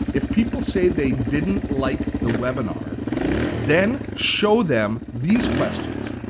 if people say they didn't like the webinar then show them these questions.